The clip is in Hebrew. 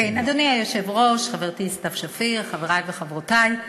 אדוני היושב-ראש, חברתי סתיו שפיר, חברי וחברותי,